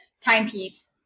timepiece